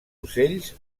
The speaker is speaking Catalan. ocells